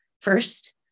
First